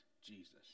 Jesus